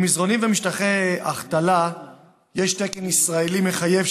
למזרנים ומשטחי החתלה יש תקן ישראלי מחייב,